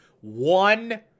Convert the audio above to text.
One